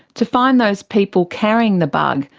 to find those people carrying the bug,